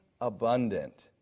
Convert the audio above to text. abundant